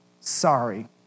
sorry